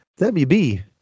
WB